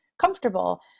comfortable